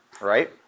right